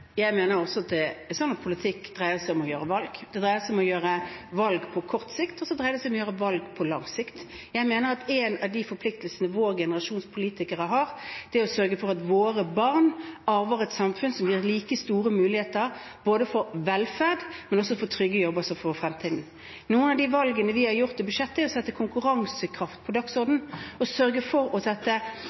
Jeg mener også at politikk dreier seg om å gjøre valg. Det dreier seg om å gjøre valg på kort sikt og på lang sikt. Jeg mener at én av forpliktelsene vår generasjons politikere har, er å sørge for at våre barn arver et samfunn som gir like store muligheter både for velferd og for trygge jobber også i fremtiden. Noen av de valgene vi har gjort i budsjettet, er å sette konkurransekraft på dagsordenen og sørge for å sette